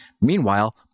Meanwhile